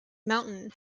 mountain